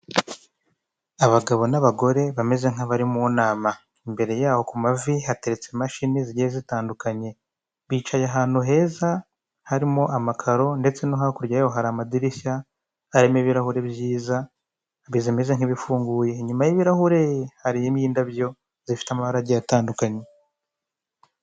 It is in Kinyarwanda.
Abagabo n'abagore bameze nk'abari mu nama imbere yaho ku mavi hateretse imashini zigiye zitandukanye, bicaye ahantu heza harimo amakaro ndetse no hakurya yaho hari amadirishya harimo ibirahuri byiza bimeze nk'ibifunguye nyuma y'ibirahure harimo indabyo zifite amabara agiye atandukanye.